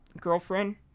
girlfriend